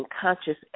conscious